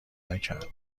نکرد